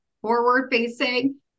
forward-facing